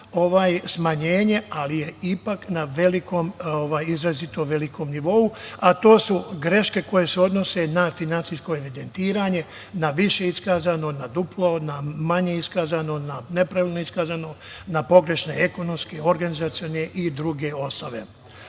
441 smanjenje, ali je ipak na izrazitom velikom nivou, a to su greške koje se odnose na finansijsko evidentiranje, na više iskazano, na duplo, na manje iskazano, na nepravilno iskazano, na pogrešne ekonomske, organizacione i druge osnove. Što